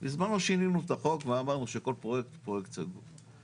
בזמנו שינינו את החוק ואמרנו שכל פרויקט הוא פרויקט סגור.